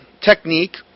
technique